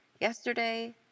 Yesterday